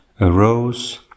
arose